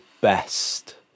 best